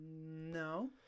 No